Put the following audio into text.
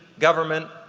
government,